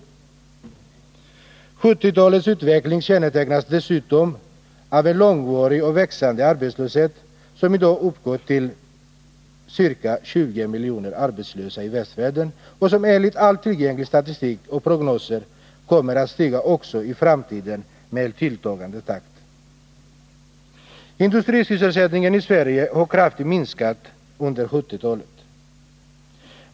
1970-talets utveckling kännetecknas dessutom av en långvarig och växande arbetslöshet som i dag uppgår till ca 20 miljoner arbetslösa i västvärlden och som enligt all tillgänglig statistik och alla prognoser kommer att stiga också i framtiden i tilltagande takt. Industrisysselsättningen i Sverige har kraftigt minskat under 1970-talet.